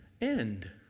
end